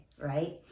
right